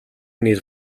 need